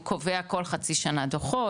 הוא קובע כל חצי שנה דוחות,